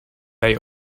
they